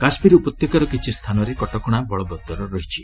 କାଶ୍ମୀର ଉପତ୍ୟକାର କିଛି ସ୍ଥାନରେ କଟକଣା ବଳବଉର ରହିଛି